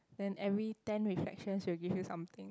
then every ten reflections she will give you something